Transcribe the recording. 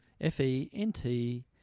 F-E-N-T